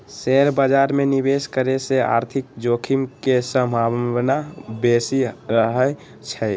share बाजार में निवेश करे से आर्थिक जोखिम के संभावना बेशि रहइ छै